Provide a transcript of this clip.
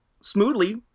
smoothly